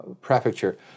prefecture